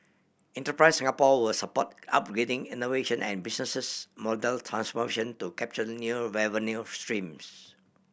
Enterprise Singapore will support upgrading innovation and businesses model transformation to capture new revenue streams